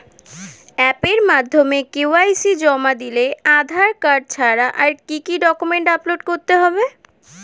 অ্যাপের মাধ্যমে কে.ওয়াই.সি জমা দিলে আধার কার্ড ছাড়া আর কি কি ডকুমেন্টস আপলোড করতে হবে?